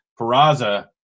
Peraza